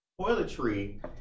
toiletry